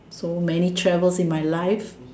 so many travels in my life